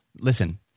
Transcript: listen